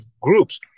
groups